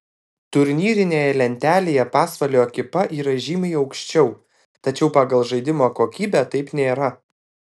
turnyrinėje lentelėje pasvalio ekipa yra žymiai aukščiau tačiau pagal žaidimo kokybę taip nėra